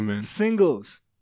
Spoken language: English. singles